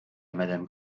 madame